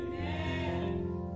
amen